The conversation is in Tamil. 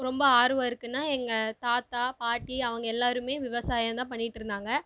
ரொம்ப ஆர்வம் இருக்குன்னால் எங்கள் தாத்தா பாட்டி அவங்க எல்லோருமே விவசாயம் தான் பண்ணிகிட்டு இருந்தாங்க